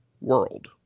World